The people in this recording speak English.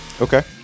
okay